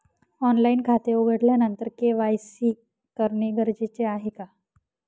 Online खाते उघडल्यानंतर KYC करणे गरजेचे आहे का?